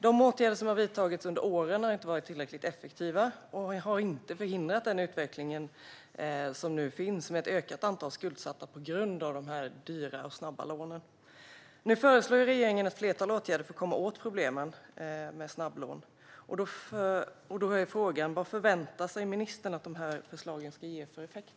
De åtgärder som har vidtagits under åren har inte varit tillräckligt effektiva och har inte förhindrat den utveckling vi nu ser med ett ökat antal skuldsatta på grund av de här dyra och snabba lånen. Nu föreslår regeringen ett flertal åtgärder för att komma åt problemen med snabblån. Min fråga är: Vad förväntar sig ministern att de här förslagen ska ge för effekt?